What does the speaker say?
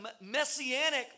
messianic